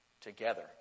together